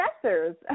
professors